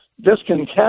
discontent